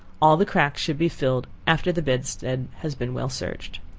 all the cracks should be filled after the bedstead has been well searched.